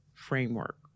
framework